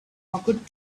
occurred